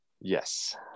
Yes